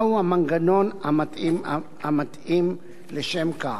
מהו המנגנון המתאים לשם כך.